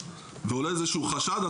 ועולה איזשהו חשד,